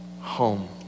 home